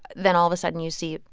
then all of a sudden, you see.